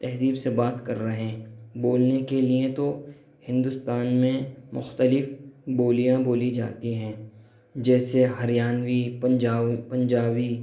تہذیب سے بات کر رہے ہیں بولنے کے لیے تو ہندوستان میں مختلف بولیاں بولی جاتی ہیں جیسے ہریانوی پنجاؤ پنجابی